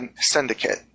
Syndicate